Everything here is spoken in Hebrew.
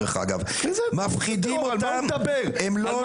על מה הוא מדבר?